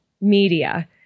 media